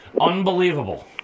Unbelievable